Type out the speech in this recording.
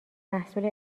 محصول